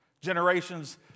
Generations